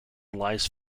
lies